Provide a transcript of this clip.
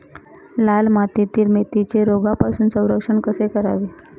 लाल मातीतील मेथीचे रोगापासून संरक्षण कसे करावे?